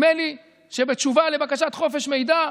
נדמה לי שבתשובה על בקשת חופש מידע: